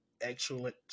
excellent